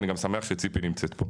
ואני גם שמח שציפי נמצאת פה.